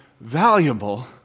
valuable